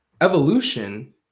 Evolution